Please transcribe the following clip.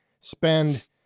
spend